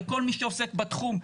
לכל מי שעוסק בתחום,